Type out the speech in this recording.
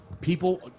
People